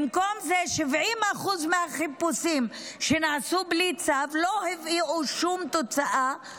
במקום זה 70% מהחיפושים שנעשו בלי צו לא הביאו שום תוצאה,